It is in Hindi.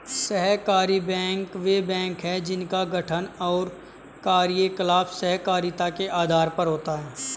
सहकारी बैंक वे बैंक हैं जिनका गठन और कार्यकलाप सहकारिता के आधार पर होता है